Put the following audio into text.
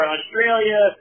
Australia